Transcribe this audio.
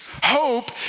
Hope